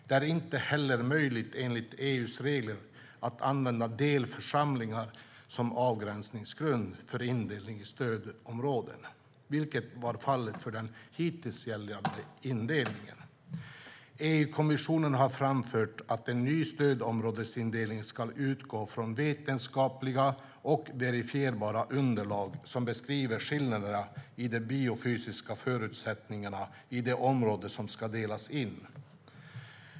Det är inte heller möjligt enligt EU-reglerna att använda delförsamling som avgränsningsgrund för indelningen i stödområden, vilket var fallet för den hittills gällande indelningen. EU-kommissionen har framfört att en ny stödområdesindelning ska utgå från vetenskapligt och verifierbart underlag som beskriver skillnader i de biofysiska förutsättningarna i det område som ska delas in.